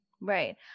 Right